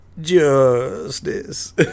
justice